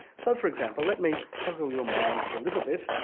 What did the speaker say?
so for example, let me puzzle your mind for a little bit,